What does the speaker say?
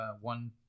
one